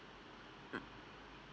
mm